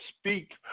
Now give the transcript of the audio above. speak